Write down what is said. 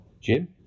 Jim